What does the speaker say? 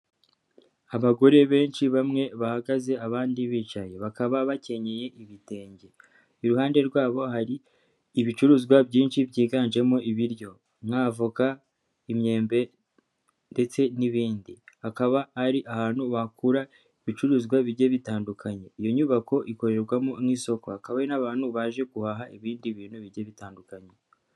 Abagore benshi bamwe bahagaze abandi bicaye, bakaba bakenyeye ibitenge, iruhande rwabo hari ibicuruzwa byinshi byiganjemo ibiryo nka avoka, imyembe ndetse n'ibindi, hakaba hari ahantu bakura ibicuruzwa bigiye bitandukanye. Iyo nyubako ikorerwamo nk'isoko hakaba hari n'abantu baje guhaha ibindi bintu bigiye bitandukanye.